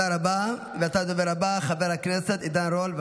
132, הוראת שעה, חרבות ברזל),